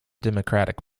democratic